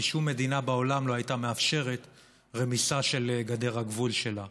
כי שום מדינה בעולם לא הייתה מאפשרת רמיסה של גדר הגבול שלה.